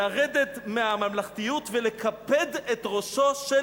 לרדת מהממלכתיות ולקפד את ראשו של